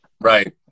right